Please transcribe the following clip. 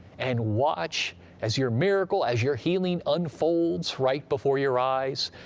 and watch as your miracle, as your healing unfolds right before your eyes.